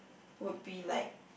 would be like